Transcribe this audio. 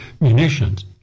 munitions